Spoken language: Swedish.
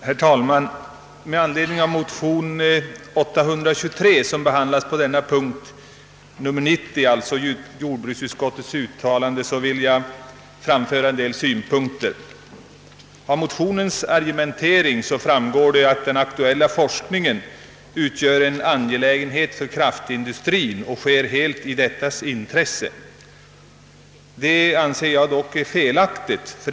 Herr talman! Med anledning av motion II: 823 som behandlas under punkt 90 i jordbruksutskottets utlåtande nr 1 vill jag framföra en del synpunkter. Av motionens argumentering framgår att motionärerna anser att den aktuella forskningen utgör en angelägenhet för kraftintressenterna och sker helt i deras intresse. Det anser jag dock vara felaktigt.